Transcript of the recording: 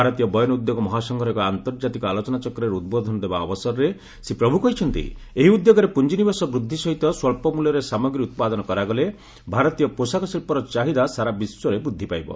ଭାରତୀୟ ବୟନ ଉଦ୍ୟୋଗ ମହାସଙ୍ଘର ଏକ ଆନ୍ତର୍ଜାତିକ ଆଲୋଚନାଚକ୍ରରେ ଉଦ୍ବୋଧନ ଦେବା ଅବସରରେ ଶ୍ରୀ ପ୍ରଭୁ କହିଛନ୍ତି ଏହି ଉଦ୍ୟୋଗରେ ପୁଞ୍ଜିନିବେଶ ବୃଦ୍ଧି ସହିତ ସ୍ୱଚ୍ଚ ମୂଲ୍ୟରେ ସାମଗ୍ରୀ ଉତ୍ପାଦନ କରାଗଲେ ଭାରତୀୟ ପୋଷାକ ଶିଳ୍ପର ଚାହିଦା ସାରା ବିଶ୍ୱରେ ବୃଦ୍ଧି ପାଇବ